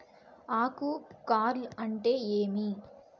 ఆకు కార్ల్ అంటే ఏమి?